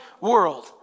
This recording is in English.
world